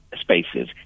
spaces